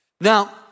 Now